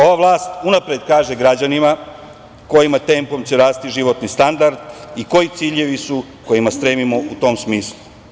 Ova vlast unapred kaže građanima kojim tempom će rasti životni standard i koji ciljevi su kojima stremimo u tom smislu.